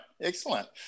Excellent